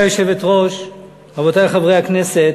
גברתי היושבת-ראש, רבותי חברי הכנסת,